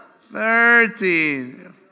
thirteen